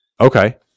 Okay